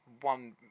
one